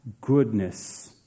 goodness